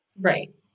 right